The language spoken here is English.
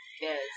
Yes